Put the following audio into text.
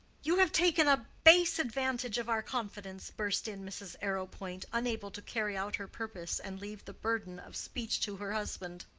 you have taken a base advantage of our confidence, burst in mrs. arrowpoint, unable to carry out her purpose and leave the burden of speech to her husband.